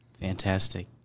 fantastic